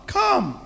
come